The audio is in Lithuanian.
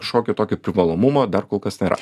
kažkokio tokio privalomumo dar kol kas nėra